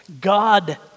God